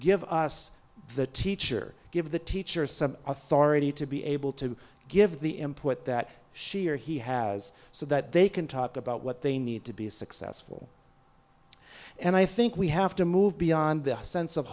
give us the teacher give the teacher some authority to be able to give the input that she or he has so that they can talk about what they need to be a successful and i think we have to move beyond the sense of